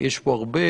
יש פה הרבה.